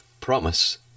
Promise